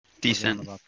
Decent